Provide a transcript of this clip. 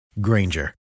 Granger